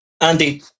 Andy